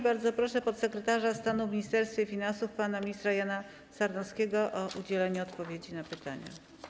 Bardzo proszę podsekretarza stanu w Ministerstwie Finansów pana ministra Jana Sarnowskiego o udzielenie odpowiedzi na pytania.